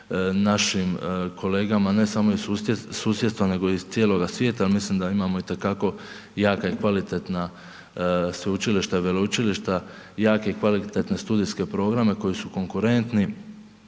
našim kolegama, ne samo iz susjedstva nego iz cijeloga svijeta, a mislim da imamo itekako jake i kvalitetna sveučilišta, veleučilišta, jake kvalitetne studijske programe koji su konkurentni,